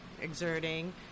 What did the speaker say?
exerting